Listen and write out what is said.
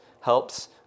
helps